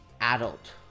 adult